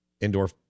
indoor